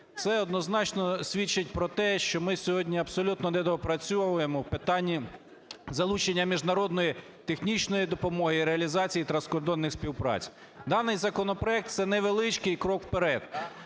Це однозначно свідчить про те, що ми сьогодні абсолютно недопрацьовуємо в питанні залучення міжнародної технічної допомоги і реалізації транскордонної співпраці. Даний законопроект – це невеличкий крок вперед.